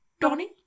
Donnie